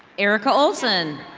erika olson.